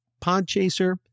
Podchaser